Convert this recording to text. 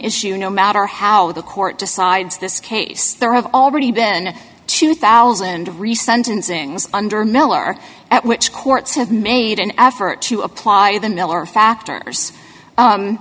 issue no matter how the court decides this case there have already been two thousand re sentencings under miller at which courts have made an effort to apply the miller factors